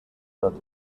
wird